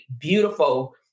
Beautiful